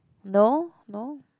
no no